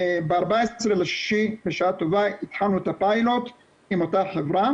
וב-14.6 בשעה טובה התחלנו את הפיילוט עם אותה חברה